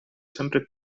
sempre